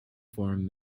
foreign